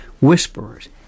whisperers